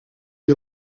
you